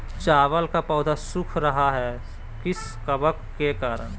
चावल का पौधा सुख रहा है किस कबक के करण?